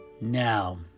Now